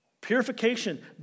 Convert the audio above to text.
purification